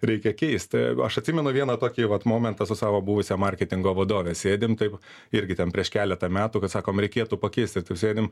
reikia keisti aš atsimenu vieną tokį vat momentą su savo buvusia marketingo vadove sėdim taip irgi ten prieš keletą metų kad sakom reikėtų pakeisti sėdim